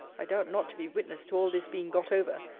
i doubt not to be witness to all this being got over,